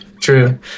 true